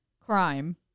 crime